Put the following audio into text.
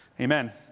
Amen